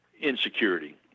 insecurity